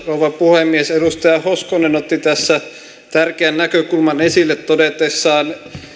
rouva puhemies edustaja hoskonen otti tässä tärkeän näkökulman esille todetessaan